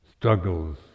struggles